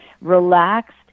relaxed